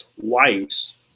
twice